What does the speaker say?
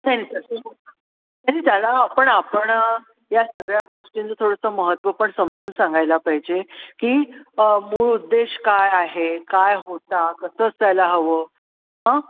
सेन्सरची तरी त्याला आपण आपण या सगळ्या गोष्टीचं थोडंसं महत्व पण समजून सांगायला पाहिजे की मूळ उद्देश काय आहे काय होता कसं असायला हवं